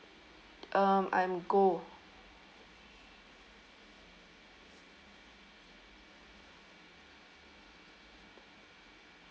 um I'm goh